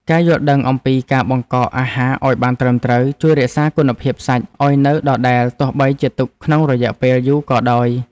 ការយល់ដឹងអំពីការបង្កកអាហារឱ្យបានត្រឹមត្រូវជួយរក្សាគុណភាពសាច់ឱ្យនៅដដែលទោះបីជាទុកក្នុងរយៈពេលយូរក៏ដោយ។